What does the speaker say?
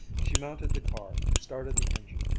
she mounted the car, started the engine,